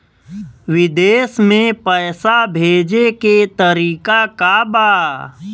विदेश में पैसा भेजे के तरीका का बा?